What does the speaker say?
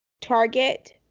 Target